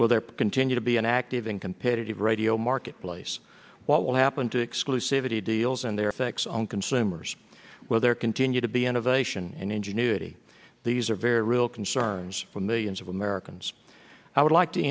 there continue to be an active and competitive radio marketplace what will happen to exclusivities deals and their effects on consumers well there continue to be innovation and ingenuity these are very real concerns for millions of americans i would like to